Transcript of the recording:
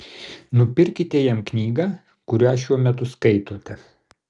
nupirkite jam knygą kurią šiuo metu skaitote